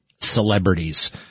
celebrities